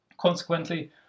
Consequently